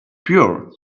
pure